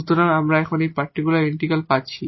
সুতরাং আমরা এখন এই পারটিকুলার ইন্টিগ্রাল পাচ্ছি